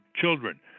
children